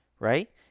Right